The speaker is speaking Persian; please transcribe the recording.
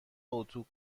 اتو